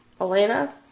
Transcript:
Elena